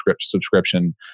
subscription